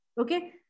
Okay